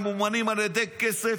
ממומנים על ידי כסף